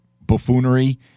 buffoonery